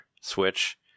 switch